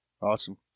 Awesome